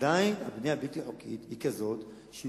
עדיין הבנייה הבלתי-חוקית היא כזאת שהיא